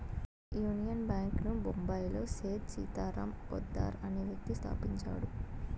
union Bank ను బొంబాయిలో సేథ్ సీతారాం పోద్దార్ అనే వ్యక్తి స్థాపించాడు